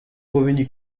revenus